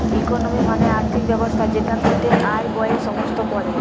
economy মানে আর্থিক ব্যবস্থা যেটার মধ্যে আয়, ব্যয়ে সমস্ত পড়ে